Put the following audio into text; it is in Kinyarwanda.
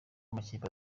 amakipe